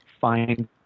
find